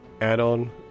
add-on